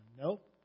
Nope